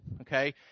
okay